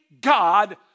God